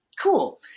Cool